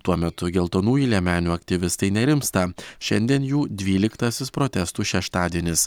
tuo metu geltonųjų liemenių aktyvistai nerimsta šiandien jų dvyliktasis protestų šeštadienis